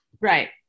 Right